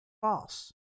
false